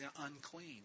unclean